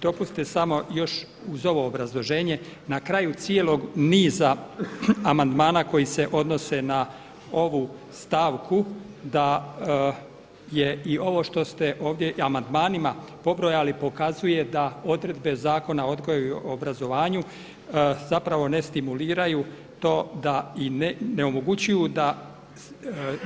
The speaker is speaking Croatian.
Dopustite samo još uz ovo obrazloženje na kraju cijelog niza amandmana koji se odnose na ovu stavku da je i ovo što ste ovdje i amandmanima pobrojali pokazuje da odredbe Zakona o odgoju i obrazovanju zapravo ne stimuliraju to da i ne omogućuju da